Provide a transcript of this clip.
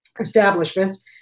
establishments